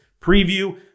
preview